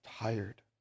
tired